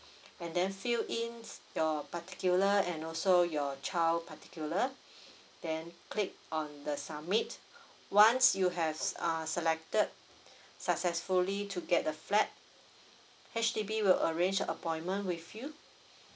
and then fill in your particular and also your child particular then click on the summit once you have uh selected successfully to get the flat H_D_B will arrange a appointment with you